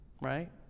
right